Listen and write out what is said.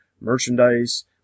merchandise